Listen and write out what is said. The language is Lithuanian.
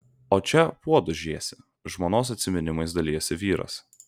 o čia puodus žiesi žmonos atsiminimais dalijasi vyras